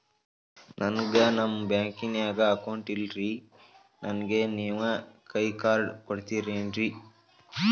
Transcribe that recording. ನನ್ಗ ನಮ್ ಬ್ಯಾಂಕಿನ್ಯಾಗ ಅಕೌಂಟ್ ಇಲ್ರಿ, ನನ್ಗೆ ನೇವ್ ಕೈಯ ಕಾರ್ಡ್ ಕೊಡ್ತಿರೇನ್ರಿ?